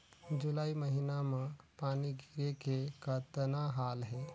जुलाई महीना म पानी गिरे के कतना हाल हे?